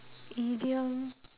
idiom